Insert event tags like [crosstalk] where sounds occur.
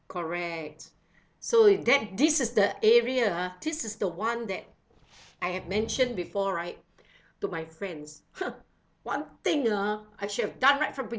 correct so that this is the area ah this is the one that [breath] I have mentioned before right to my friends !huh! one thing ah I should have done right from